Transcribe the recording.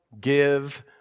give